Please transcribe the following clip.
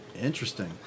Interesting